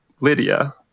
Lydia